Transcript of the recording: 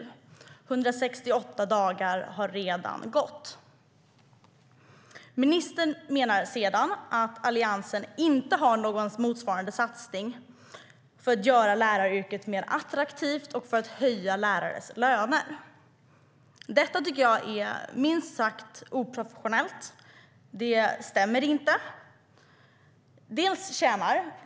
168 dagar har redan gått. Ministern menar att Alliansen inte har någon motsvarande satsning för att göra läraryrket mer attraktivt och för att höja lärares löner. Detta tycker jag är minst sagt oprofessionellt. Det stämmer inte.